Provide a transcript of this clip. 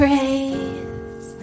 Praise